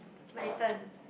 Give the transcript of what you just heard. my turn